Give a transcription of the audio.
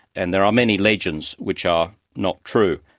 and there are many legends which are not true.